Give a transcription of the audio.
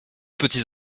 petits